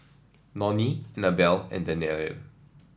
Nonie Anabelle and Danyell